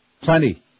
Plenty